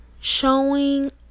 showing